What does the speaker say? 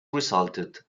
resulted